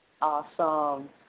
Awesome